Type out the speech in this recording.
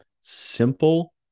simple